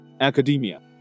academia